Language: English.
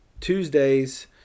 Tuesdays